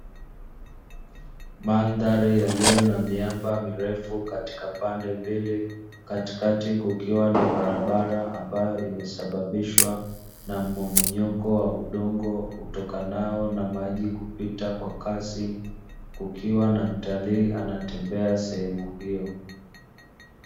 Mandhari yaliyo na miamba mirefu katika pande mbili katikati kukiwa na barabara ambayo imesababishwa na mmomonyoko wa udongo utokanao na maji kupita kwa kasi kukiwa na mtalii anatembea sehemu hiyo.